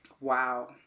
Wow